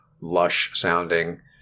lush-sounding